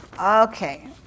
Okay